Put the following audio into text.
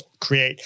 create